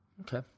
Okay